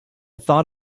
thought